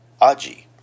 aji